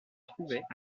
trouvait